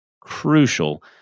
crucial